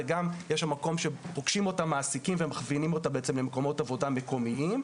יש מקום שהמעסיקים פוגשים אותם ומכווינים אותם למקומות עבודה מקומיים,